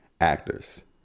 actors